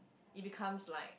it becomes like